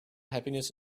happiness